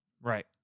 right